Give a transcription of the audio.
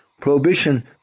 Prohibition